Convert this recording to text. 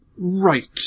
Right